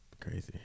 crazy